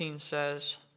says